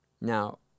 Now